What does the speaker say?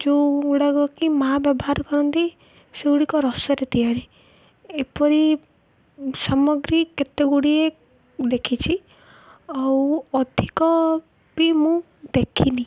ଯୋଉ ଗୁଡ଼ାକ କି ମାଆ ବ୍ୟବହାର କରନ୍ତି ସେଗୁଡ଼ିକ ରସରେ ତିଆରି ଏପରି ସାମଗ୍ରୀ କେତେ ଗୁଡ଼ିଏ ଦେଖିଛି ଆଉ ଅଧିକ ବି ମୁଁ ଦେଖିନି